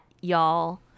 y'all